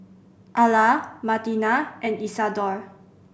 Alla Martina and Isadore